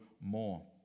more